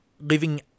living